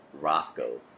Roscoe's